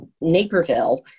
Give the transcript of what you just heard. Naperville